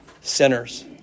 sinners